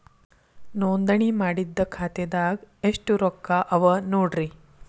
ನೋಂದಣಿ ಮಾಡಿದ್ದ ಖಾತೆದಾಗ್ ಎಷ್ಟು ರೊಕ್ಕಾ ಅವ ನೋಡ್ರಿ